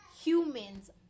humans